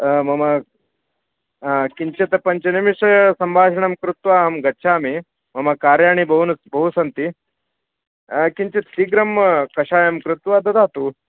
मम किञ्चित् पञ्चनिमेषसम्भाषणं कृत्वा अहं गच्छामि मम कार्याणि बहूनि बहूनि सन्ति किञ्चित् शीघ़रं कषायं कृत्वा ददातु